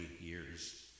years